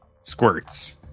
Squirts